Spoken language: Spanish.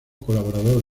colaborador